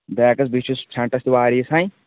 backs بیٚیہِ چھُس friends تہِ واریاہ ہیٚن